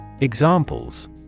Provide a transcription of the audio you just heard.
Examples